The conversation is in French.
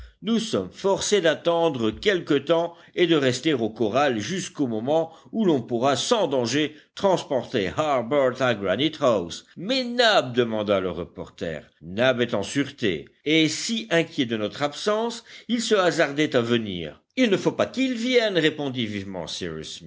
nous sommes forcés d'attendre quelque temps et de rester au corral jusqu'au moment où l'on pourra sans danger transporter harbert à granite house mais nab demanda le reporter nab est en sûreté et si inquiet de notre absence il se hasardait à venir il ne faut pas qu'il vienne répondit vivement